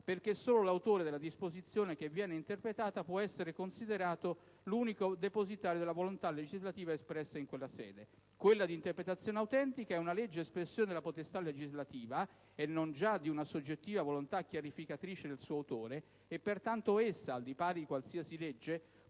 perché «solo l'autore della disposizione che viene interpretata può essere considerato l'unico depositario della volontà legislativa espressa in quella sede»: quella di interpretazione autentica è una legge espressione della potestà legislativa - e non già di una "soggettiva" volontà "chiarificatrice" del suo autore - e pertanto essa, al pari di qualsiasi legge,